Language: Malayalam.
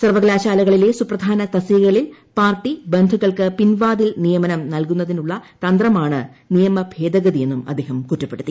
സർവ്വകലാശാലകളിലെ സുപ്പ്ധാന് തസ്തികകളിൽ പാർട്ടി ബന്ധുക്കൾക്ക് പിൻവാതിൽ നിയമനം നൽകുന്നതിള്ള തന്ത്രമാണ് നിയമഭേദഗതി എന്നും അദ്ദേഹം കുറ്റപ്പെടുത്തി